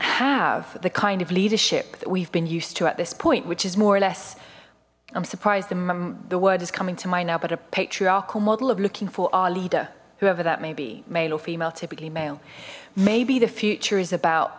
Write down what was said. have the kind of leadership that we've been used to at this point which is more or less i'm surprised the word is coming to mind now but a patriarchal model of looking for our leader whoever that may be male or female typically male maybe the future is about